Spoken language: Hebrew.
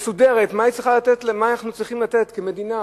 מסודרת, מה אנחנו צריכים לתת, כמדינה,